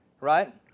Right